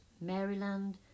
Maryland